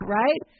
right